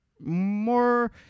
more